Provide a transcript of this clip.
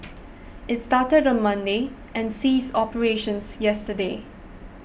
it started on Monday and ceased operations yesterday